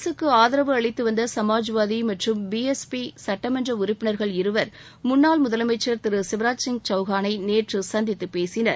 அரசுக்கு ஆதரவு அளித்து வந்த சமாஜ்வாதி மற்றும் பி எஸ் பி சுட்டமன்ற உறுப்பினர்கள் இருவர் முன்னாள் முதலமைச்சர் திரு சிவராஜ் சிங் சவுகானை நேற்று சந்தித்து பேசினர்